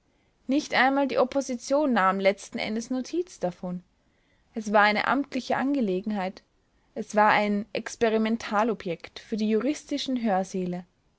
nicht einmal die opposition nahm letzten endes notiz davon es war eine amtliche angelegenheit es war ein experimentalobjekt für die juristischen hörsäle